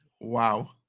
Wow